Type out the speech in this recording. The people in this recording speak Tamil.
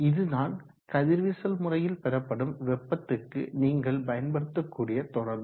இதுதான் கதிர்வீச்சு முறையில் பெறப்படும் வெப்பத்துக்கு நீங்கள் பயன்படுத்தக்கூடிய தொடர்பு